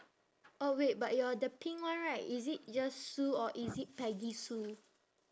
oh wait but your the pink one right is it just sue or is it peggy sue